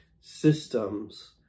systems